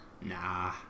nah